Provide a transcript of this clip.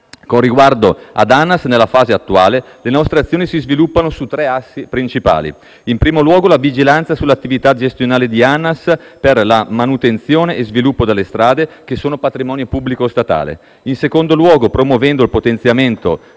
Con riguardo ad ANAS, nella fase attuale le nostre azioni si sviluppano su tre assi principali: in primo luogo, la vigilanza sull'attività gestionale di ANAS per la manutenzione e lo sviluppo delle strade, che sono patrimonio pubblico statale; in secondo luogo, promuovendo il potenziamento